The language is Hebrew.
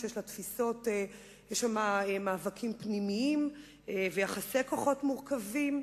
שיש בה מאבקים פנימיים ויחסי כוחות מורכבים.